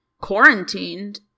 quarantined